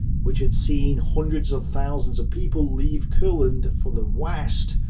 which had seen hundreds of thousands of people leave courland for the west,